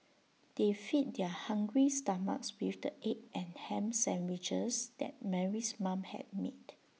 they fed their hungry stomachs with the egg and Ham Sandwiches that Mary's mom had made